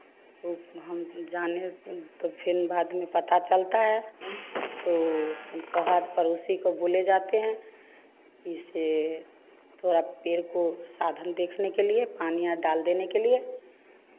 उप हम जाने तो फिर बाद में पता चलता है तो फिर कहता पड़ोसी को बोले जाते हैं कि से थोड़ा पेड़ को साधन देखने के लिए पानी डाल देने के लिए